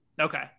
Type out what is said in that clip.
okay